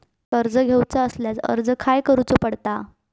कर्ज घेऊचा असल्यास अर्ज खाय करूचो पडता?